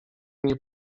nie